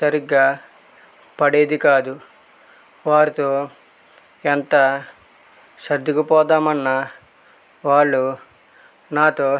సరిగ్గా పడేది కాదు వారితో ఎంత సర్దుకుపోదాం అన్నా వాళ్ళు నాతో